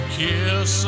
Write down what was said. kiss